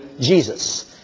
Jesus